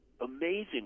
amazing